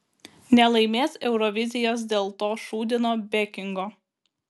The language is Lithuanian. nelaimės eurovizijos dėl to šūdino bekingo